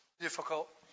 difficult